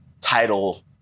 title